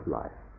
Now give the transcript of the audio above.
life